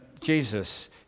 Jesus